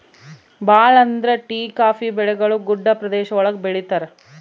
ಭಾಳ ಅಂದ್ರೆ tea coffee ಬೆಳೆಗಳು ಗುಡ್ಡ ಪ್ರದೇಶ ಒಳಗ ಬೆಳಿತರೆ